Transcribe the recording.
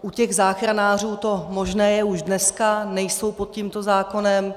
U těch záchranářů to možné je už dneska, nejsou pod tímto zákonem.